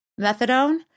methadone